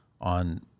on